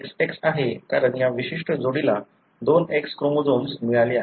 हे XX आहे कारण या विशिष्ट जोडीला दोन X क्रोमोझोम्स मिळाले आहेत